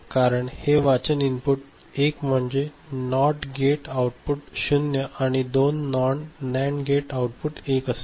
कारण हे वाचन इनपुट 1 म्हणजे हे नॉट गेट आउटपुट 0 आणि या दोन नॅण्ड गेट आउटपुट 1 असेल